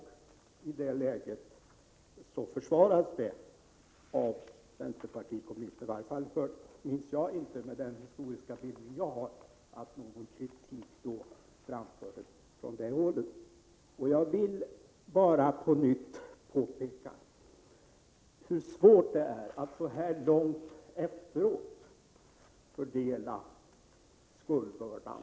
I det läget försvarades det av det kommunistiska partiet; i varje fall minns inte jag, med den historiebild jag har, att någon kritik framfördes från det hållet. Jag vill bara på nytt påpeka hur svårt det är att så här långt efteråt fördela skuldbördan.